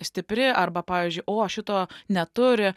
stipri arba pavyzdžiui o šito neturi